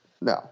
No